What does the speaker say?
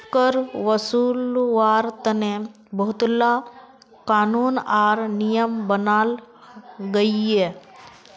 कर वासूल्वार तने बहुत ला क़ानून आर नियम बनाल गहिये